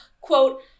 quote